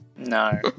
No